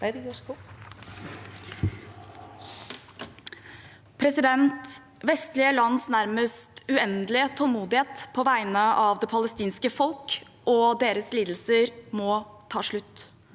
Vestlige lands nærmest uendelige tålmodighet på vegne av det palestinske folk og deres lidelser må ta slutt.